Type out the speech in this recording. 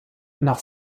nach